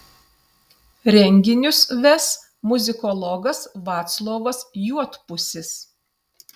renginius ves muzikologas vaclovas juodpusis